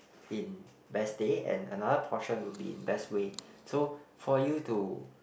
in best day and another portion will be in best way so for you to